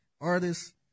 artists